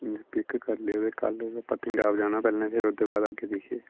pick करी लेएयो ते कल पत्नीटाप जाना पैह्ले फेर ओह्दे बाद अग्गें दिखगे